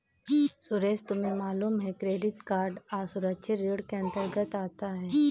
सुरेश तुम्हें मालूम है क्रेडिट कार्ड असुरक्षित ऋण के अंतर्गत आता है